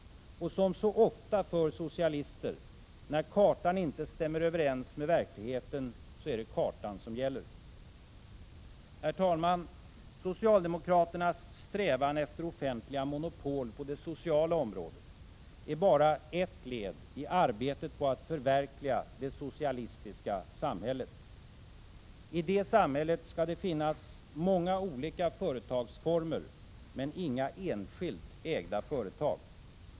Och som så ofta för socialister: När kartan inte stämmer överens med verkligheten är det kartan som gäller. Socialdemokraternas strävan efter offentliga monopol på det sociala området är bara ett led i arbetet på att förverkliga det socialistiska samhället. I det samhället skall det finnas många olika företagsformer men inga enskilt ägda företag.